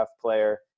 player